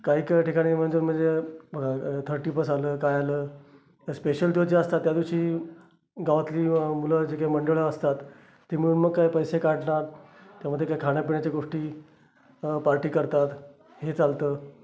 काही काही ठिकाणी म्हणजे म्हणजे थर्टी फर्स्ट आलं काही आलं तर स्पेशल दिवस जे असतात त्या दिवशी गावातली मुलं जे काही मंडळं असतात ती मुलं मग काय पैसे काढणार त्यामध्ये काही खाण्यापिण्याच्या गोष्टी पार्टी करतात हे चालतं